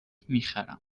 میخرم